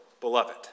beloved